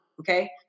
okay